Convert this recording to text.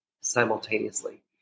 simultaneously